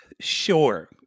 Sure